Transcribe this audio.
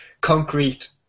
concrete